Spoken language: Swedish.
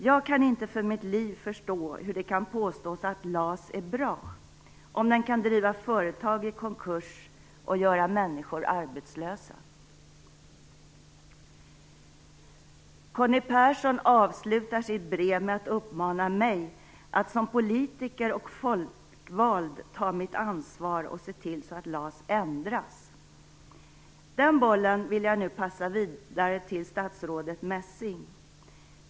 Jag kan inte för mitt liv förstå hur det kan påstås att LAS är bra om den kan driva företag i konkurs och göra människor arbetslösa." Conny Persson avslutar sitt brev med att uppmana mig att som politiker och folkvald ta mitt ansvar och se till så att LAS ändras. Den bollen vill jag nu passa vidare till statsrådet Messing.